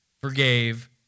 forgave